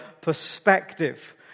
perspective